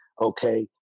okay